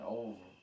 over